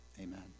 Amen